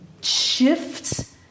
shifts